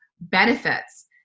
benefits